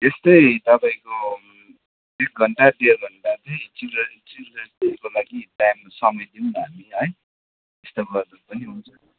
यस्तै तपाईँको एक घन्टा डेढ घन्टा चाहिँ चिल्ड्रेन्स चिल्ड्रेन्स डेको लागि टाइम समय दिऊँ न हामी है यस्तो गर्दा पनि हुन्छ